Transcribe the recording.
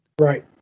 Right